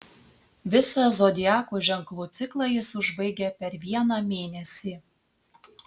visą zodiako ženklų ciklą jis užbaigia per vieną mėnesį